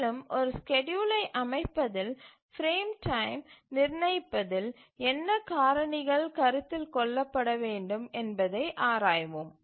மேலும் ஒரு ஸ்கேட்யூலை அமைப்பதில் பிரேம் டைம் நிர்ணயிப்பதில் என்ன காரணிகள் கருத்தில் கொள்ளப்பட வேண்டும் என்பதை ஆராய்வோம்